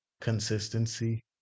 consistency